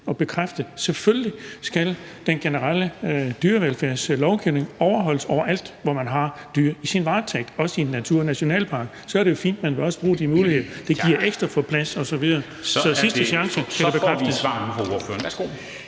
at bekræfte, at selvfølgelig skal den generelle dyrevelfærdslovgivning overholdes overalt, hvor man har dyr i sin varetægt, også i en naturnationalpark. Så er det jo fint, at man også vil bruge de muligheder, det giver for ekstra plads osv. Så nu får man sidste chance for at bekræfte det. Kl. 16:43 Formanden